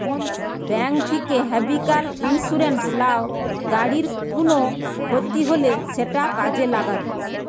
bank থিকে vehicle insurance লাও, গাড়ির কুনো ক্ষতি হলে সেটা কাজে লাগবে